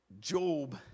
Job